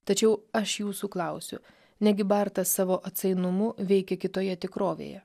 tačiau aš jūsų klausiu negi bartas savo atsainumu veikė kitoje tikrovėje